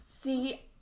See